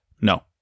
No